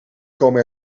komen